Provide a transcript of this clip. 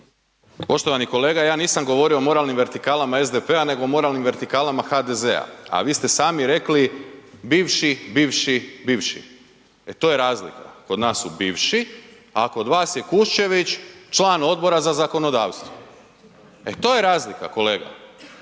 Poštovani kolega, ja nisam govorio o moralnim vertikalama SDP-a nego o moralnim vertikalama HDZ-a, a vi ste sami rekli bivši, bivši, bivši, e to je razlika. Kod nas su bivši, a kod vas je Kuščević član Odbora za zakonodavstvo, e to je razlika kolega.